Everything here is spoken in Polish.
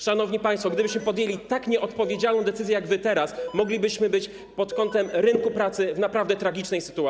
Szanowni państwo, gdybyśmy podjęli tak nieodpowiedzialną decyzję jak wy teraz, moglibyśmy być pod kątem rynku pracy w naprawdę tragicznej sytuacji.